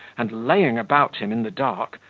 and laying about him in the dark,